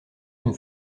une